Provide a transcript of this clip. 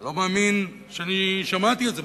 לא מאמין שאני שמעתי את זה.